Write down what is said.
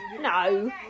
No